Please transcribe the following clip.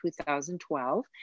2012